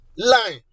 Line